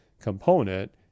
component